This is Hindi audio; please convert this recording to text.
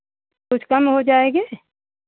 कुछ कम हो जाएगी